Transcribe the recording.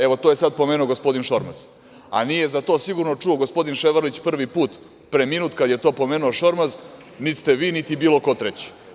Evo, to je sad pomenuo gospodin Šormaz, a nije za to sigurno čuo gospodin Ševarlić prvi put, pre minut kada je to pomenuo Šormaz, niti ste vi niti bilo ko treći.